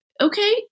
okay